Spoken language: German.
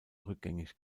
rückgängig